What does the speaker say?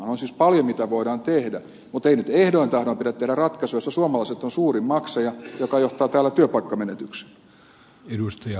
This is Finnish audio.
on siis paljon mitä voidaan tehdä mutta ei nyt ehdoin tahdoin pidä tehdä ratkaisuja joissa suomalaiset ovat suurin maksaja ja jotka johtavat täällä työpaikkamenetyksiin